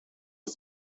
his